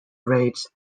rates